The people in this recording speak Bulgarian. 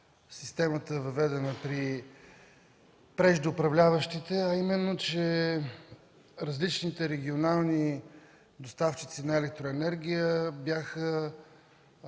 въведена при преждеуправляващите, а именно, че различните регионални доставчици на електроенергия бяха